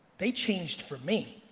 they changed for me.